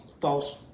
false